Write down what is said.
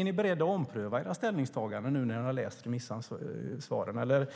Är ni beredda att ompröva era ställningstaganden nu när ni har läst remissvaren, eller